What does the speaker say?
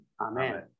Amen